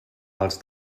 els